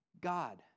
God